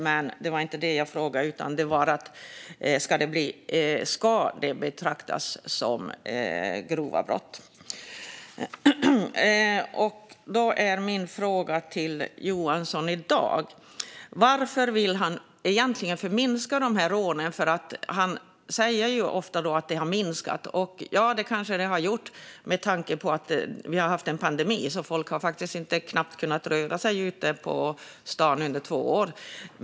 Men det var inte det som jag frågade, utan jag frågade om de ska betraktas som grova brott. Min fråga till Johansson i dag är: Varför vill han egentligen förminska dessa rån? Han säger ju ofta att de har minskat. Det kanske de har gjort med tanke på att vi har haft en pandemi så att folk knappt har kunnat röra sig ute på stan under två år.